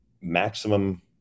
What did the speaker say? maximum